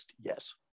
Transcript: yes